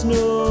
no